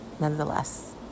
nonetheless